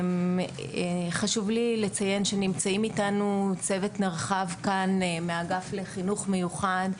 חשוב לי לציין שנמצאים איתי כאן צוות נרחב מהאגף לחינוך מיוחד,